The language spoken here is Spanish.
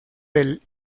del